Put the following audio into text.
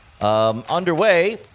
underway